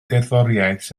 gerddoriaeth